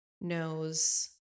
knows